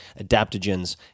adaptogens